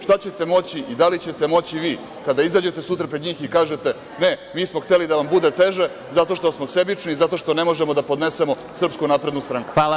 Šta ćete moći i da li ćete moći vi kada izađete sutra pred njih i kažete – ne, mi smo hteli da vam bude teže zato što smo sebični i zato što ne možemo da podnesemo SNS.